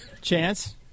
Chance